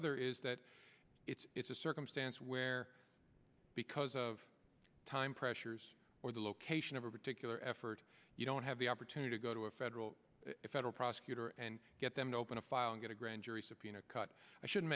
other is that it's it's a circumstance where because of time pressures or the location of a particular effort you don't have the opportunity to go to a federal federal prosecutor and get them to open a file and get a grand jury subpoena cut i should